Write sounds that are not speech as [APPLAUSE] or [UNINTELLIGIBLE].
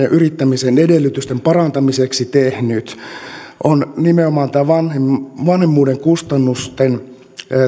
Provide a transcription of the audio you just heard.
[UNINTELLIGIBLE] ja yrittämisen edellytysten parantamiseksi tehnyt nimenomaan tämä vanhemmuuden vanhemmuuden kustannusten